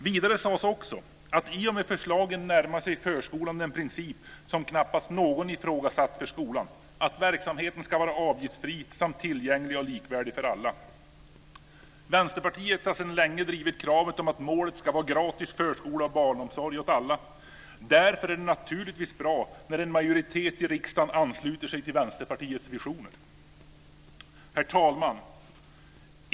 Vidare sades "att i och med förslagen närmar sig förskolan den princip som knappast någon ifrågasatt för skolan - att verksamheten skall vara avgiftsfri samt tillgänglig och likvärdig för alla". Vänsterpartiet har sedan länge drivit kravet om att målet ska vara gratis förskola och barnomsorg åt alla. Därför är det naturligtvis bra när en majoritet i riksdagen ansluter sig till Vänsterpartiets visioner. Herr talman!